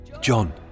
John